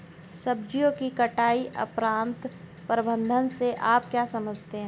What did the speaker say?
सब्जियों की कटाई उपरांत प्रबंधन से आप क्या समझते हैं?